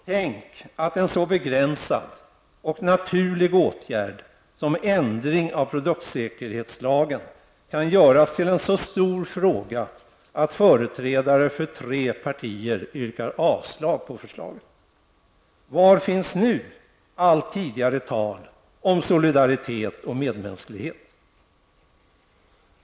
Tänk att en så begränsad och naturlig åtgärd som ändring av produktsäkerhetslagen kan göras till en så stor fråga att företrädare för tre partier yrkar avslag på förslaget! Var finns nu allt tidigare tal om solidaritet och medmänsklighet?